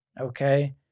Okay